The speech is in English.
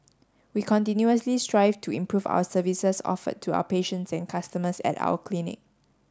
we continuously strive to improve our services offered to our patients and customers at our clinic